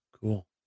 Cool